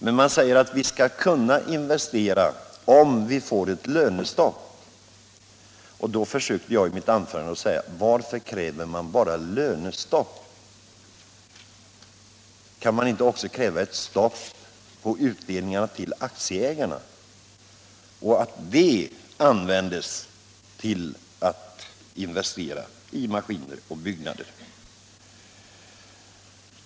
Men man menar att vi skall kunna investera om vi får ett lönestopp. Därför försökte jag i mitt anförande säga: Varför kräver man bara lönestopp? Kan man inte också kräva ett stopp på utdelningarna till aktieägarna och föreslå att de pengarna används till att investera i maskiner och byggnader.